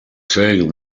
saying